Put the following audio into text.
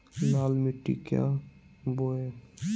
लाल मिट्टी क्या बोए?